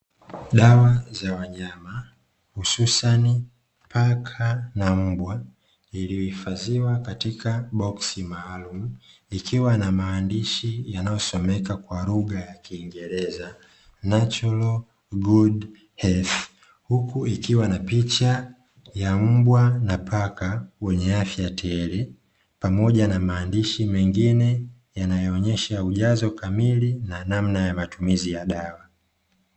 Dawa za wanyama hususani paka na mbwa, iliyohifadhiwa katika boksi maalumu, ikiwa na maandishi yanayosomeka kwa lugha ya kiingereza "Natural good health", huku ikiwa na picha ya mbwa na paka wenye afya tele, pamoja na maandishi mengine yanayoonyesha ujazo kamili na namna ya matumizi ya dawa.